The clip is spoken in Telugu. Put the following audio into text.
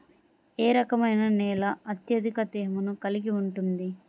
ఏ రకమైన నేల అత్యధిక తేమను కలిగి ఉంటుంది?